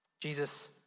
Jesus